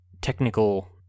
technical